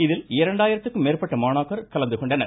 இதில் இரண்டாயிரத்திற்கும் மேற்பட்ட மாணாக்கர் கலந்துகொண்டனர்